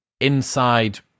inside